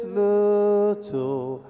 little